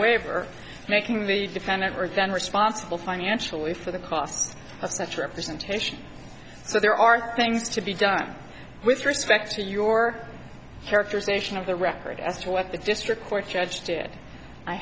waiver making the defendant were then responsible financially for the costs of such representation so there are things to be done with respect to your characterization of the record as to what the district court judge did i